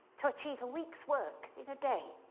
to achieve a week's work in a day.